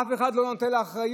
אף אחד לא נוטל אחריות,